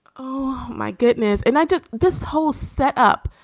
oh, my goodness. and i just. this whole set up.